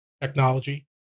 technology